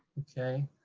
okay,